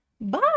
Bye